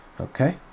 Okay